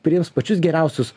priims pačius geriausius